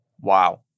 Wow